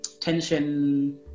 tension